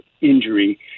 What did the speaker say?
injury